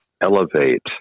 elevate